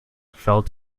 fell